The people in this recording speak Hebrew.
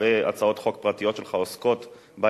הרבה הצעות חוק פרטיות שלך עוסקות בעניין.